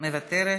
מוותרת,